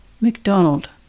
MacDonald